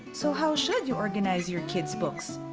so how should you organize your kids' books?